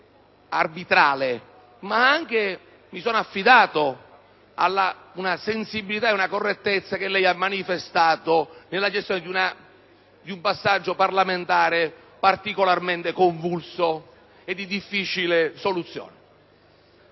arbitrale, ma mi sono anche affidato alla sensibilità e alla correttezza da lei manifestate nella gestione di un passaggio parlamentare particolarmente convulso e di difficile soluzione.